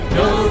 no